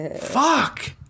Fuck